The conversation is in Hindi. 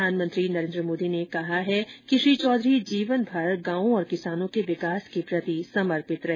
प्रधानमंत्री नरेन्द्र मोदी ने कहा है कि श्री चौधरी जीवनभर गांवों और किसानों के विकास के प्रति समर्पित रहे